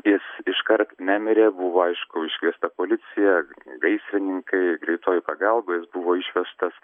jis iškart nemirė buvo aišku iškviesta policija gaisrininkai greitoji pagalba jis buvo išvežtas